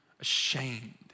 ashamed